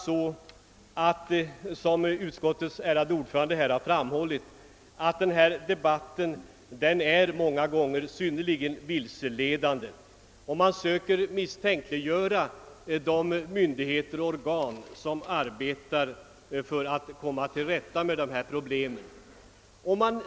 : Såsom utskottets ärade ordförande här har framhållit är debatten på detta område många gånger synnerligen vilseledande. Man söker misstänkliggöra de myndigheter och organ som arbetar för att komma till rätta med problemen.